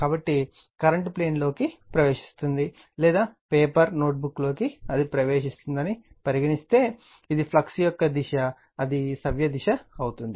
కాబట్టి ఈ current plane లోకి ప్రవేశిస్తుంది లేదా పేపర్ నోట్ బుక్ లోకి అది ప్రవేశిస్తుందని పరిగణిస్తే ఇది ఫ్లక్స్ యొక్క దిశ అది సవ్య దిశ అవుతుంది